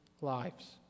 lives